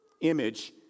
image